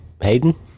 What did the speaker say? hayden